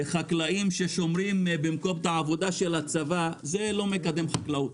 חקלאים ששומרים במקום הצבא זה לא מקדם חקלאות.